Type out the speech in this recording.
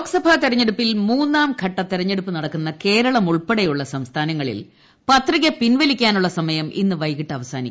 ലോക്സഭാ തെരഞ്ഞെടുപ്പിൽ മൂന്നാം ഘട്ട തെരഞ്ഞെടുപ്പ് നടക്കുന്ന കേരളം ഉൾപ്പെടെയുള്ള സംസ്ഥാനങ്ങളിൽ പത്രിക പിൻവ്വ്ലിക്കാനുള്ള സമയം ഇന്ന് വൈകിട്ട് അവസ്ഥാനിക്കും